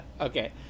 okay